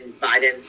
Biden